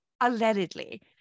allegedly